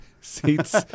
Seats